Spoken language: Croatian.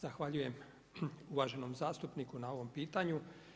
Zahvaljujem uvaženom zastupniku na ovom pitanju.